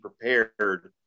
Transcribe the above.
prepared